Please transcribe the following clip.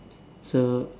so